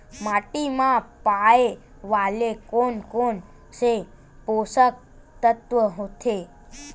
माटी मा पाए वाले कोन कोन से पोसक तत्व होथे?